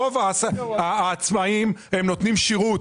רוב העצמאים נותנים שירות.